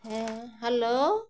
ᱦᱮᱸ ᱦᱮᱞᱳ